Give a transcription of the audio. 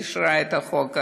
שאישרה את החוק הזה.